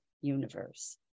universe